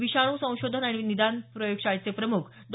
विषाणू संशोधन आणि निदान प्रयोगशाळेचे प्रम्ख डॉ